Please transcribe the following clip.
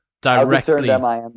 directly